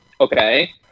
Okay